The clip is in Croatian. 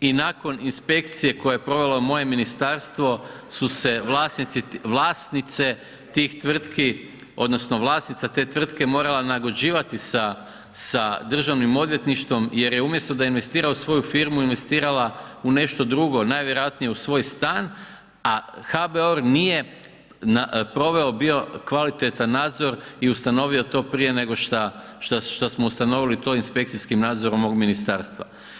i nakon inspekcije koju je provelo moje ministarstvo su se vlasnice tih tvrtki, odnosno vlasnica te tvrtke morala nagođivati sa državnim odvjetništvom jer je, umjesto da investira u svoju firmu investirala u nešto drugo, najvjerojatnije u svoj stan, a HBOR nije proveo bio kvalitetan nadzor i ustanovio to prije nego što smo ustanovili to inspekcijskim nadzorom mog ministarstva.